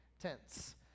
tense